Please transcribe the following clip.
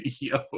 Yo